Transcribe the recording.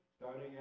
starting